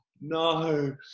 no